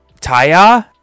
Taya